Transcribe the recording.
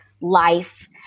life